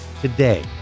today